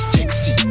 Sexy